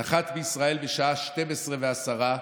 נחת בישראל בשעה 00:10,